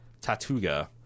Tatuga